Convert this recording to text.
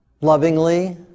lovingly